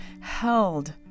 held